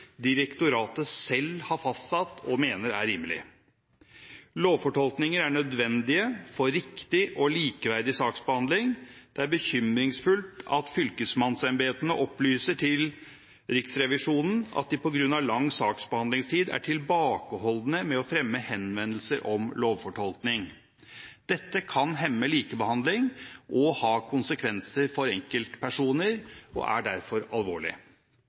direktoratet selv har fastsatt, og mener er rimelige. Lovfortolkninger er nødvendige for riktig og likeverdig saksbehandling. Det er bekymringsfullt at fylkesmannsembetene opplyser til Riksrevisjonen at de på grunn av lang saksbehandlingstid er tilbakeholdne med å fremme henvendelser om lovfortolkning. Dette kan hemme likebehandling og ha konsekvenser for enkeltpersoner og er derfor alvorlig.